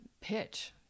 pitch